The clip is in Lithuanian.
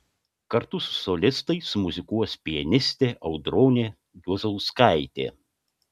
kartu su solistais muzikuos pianistė audronė juozauskaitė